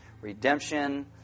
Redemption